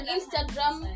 Instagram